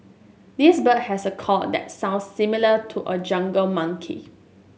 this bird has a call that sounds similar to a jungle monkey